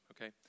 Okay